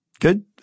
Good